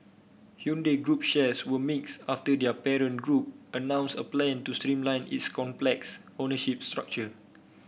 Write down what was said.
Hyundai Group shares were mixed after their parent group announced a plan to streamline its complex ownership structure